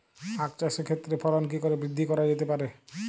আক চাষের ক্ষেত্রে ফলন কি করে বৃদ্ধি করা যেতে পারে?